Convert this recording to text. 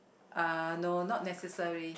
uh no not necessary